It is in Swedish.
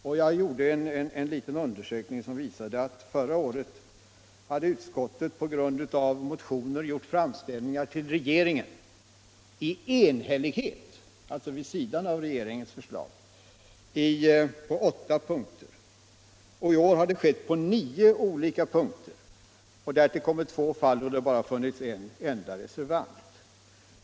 Jag har gjort en liten undersökning, som visade att förra året hade utskottet på grund av motioner gjort framställningar till regeringen i enhällighet — alltså vid sidan av regeringens förslag — på åtta punkter. I år har det skett på nio olika punkter. Därtill kommer två fall då det bara funnits en enda reservant.